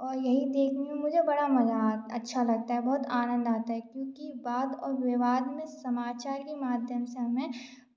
और यही देखने में मुझे बड़ा मज़ा अच्छा लगता है बहुत आनंद आता है क्योंकि वाद और विवाद में समाचार के माध्यम से हमें